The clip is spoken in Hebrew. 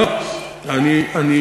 הוא, אישית, כן.